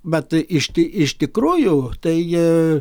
bet iš ti iš tikrųjų tai